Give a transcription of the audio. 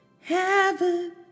heaven